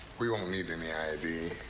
we won't need any i ah d.